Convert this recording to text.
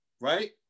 right